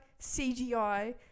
CGI